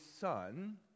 son